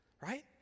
right